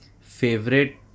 favorite